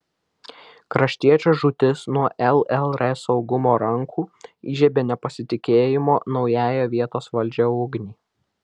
kraštiečio žūtis nuo llr saugumo rankų įžiebė nepasitikėjimo naująją vietos valdžia ugnį